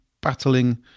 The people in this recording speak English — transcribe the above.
battling